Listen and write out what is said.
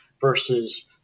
versus